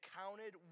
counted